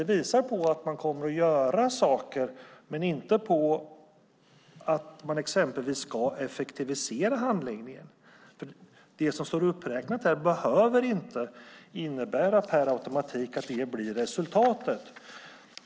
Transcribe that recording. Det visar på att man kommer att göra saker men inte på att man exempelvis ska effektivisera handläggningen. Det som står uppräknat behöver inte per automatik innebära att det blir resultatet.